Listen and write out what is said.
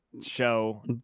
show